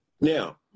Now